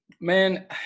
man